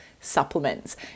supplements